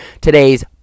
today's